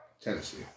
Tennessee